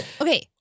Okay